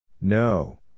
No